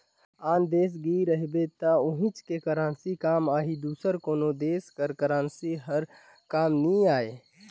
आन देस गे रहिबे त उहींच के करेंसी काम आही दूसर कोनो देस कर करेंसी हर काम नी आए